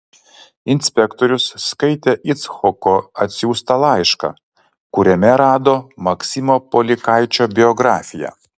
inspektorius skaitė icchoko atsiųstą laišką kuriame rado maksimo polikaičio biografiją